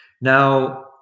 Now